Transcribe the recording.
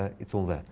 it's all there.